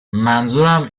منظورم